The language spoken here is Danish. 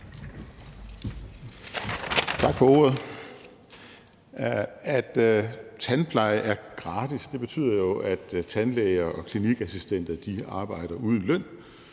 Tak for ordet. At tandpleje er gratis, betyder jo, at tandlæger og klinikassistenter arbejder uden løn,